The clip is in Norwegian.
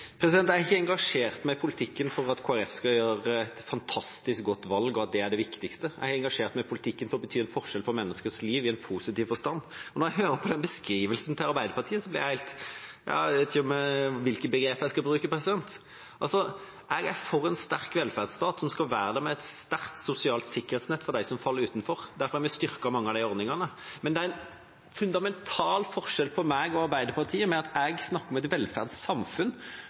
Jeg har ikke engasjert meg i politikken for at Kristelig Folkeparti skal gjøre et fantastisk godt valg, og at det er det viktigste. Jeg har engasjert meg i politikken for å bety en forskjell i menneskers liv i positiv forstand. Når jeg hører den beskrivelsen til Arbeiderpartiet, blir jeg helt – ja, jeg vet ikke helt hvilket begrep jeg skal bruke. Jeg er for en sterk velferdsstat som skal være der med et sterkt sosialt sikkerhetsnett for dem som faller utenfor. Derfor har vi styrket mange av de ordningene. Men det er en fundamental forskjell på meg og Arbeiderpartiet i at jeg snakker om et velferdssamfunn.